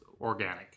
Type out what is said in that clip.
organic